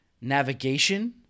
navigation